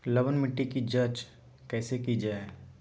लवन मिट्टी की जच कैसे की जय है?